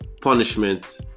punishment